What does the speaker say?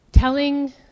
Telling